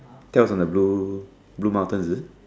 that was on the blue blue mountain is it